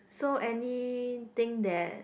so anything that